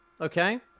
okay